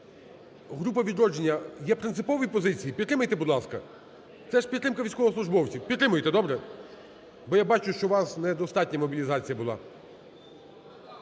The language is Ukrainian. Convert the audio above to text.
Група "Відродження", є принципові позиції? Підтримайте, будь ласка! Це ж підтримка військовослужбовців. Підтримайте, добре? Бо я бачу, що у вас недостатня мобілізація була.